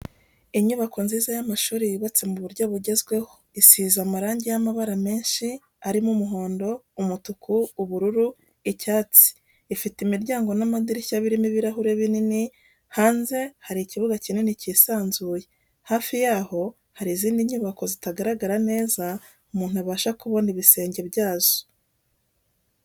Inyubako nziza y'amashuri yubatse mu buryo bugezweho isize amarangi y'amabara menshi arimo umuhondo, umutuku, ubururu, icyatsi, ifite imiryango n'amadirishya birimo ibirahuri binini, hanze hari ikibuga kinini kisanzuye, hafi yaho hari izindi nyubako zitagaragara neza, umuntu abasha kubona ibisenge byazo.